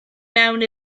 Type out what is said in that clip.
mewn